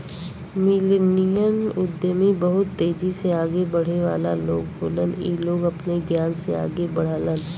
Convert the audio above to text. millennial उद्यमी बहुत तेजी से आगे बढ़े वाला लोग होलन इ लोग अपने ज्ञान से आगे बढ़लन